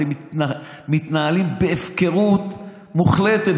אתם מתנהלים בהפקרות מוחלטת.